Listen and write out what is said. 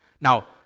Now